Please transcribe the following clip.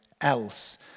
else